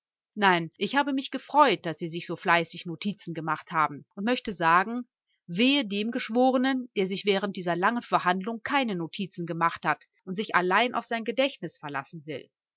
nein ich habe mich gefreut daß sie sich so fleißig notizen gemacht haben und möchte sagen wehe dem geschworenen schworenen der sich während dieser langen verhandlung keine notizen gemacht hat und sich allein auf sein gedächtnis verlassen will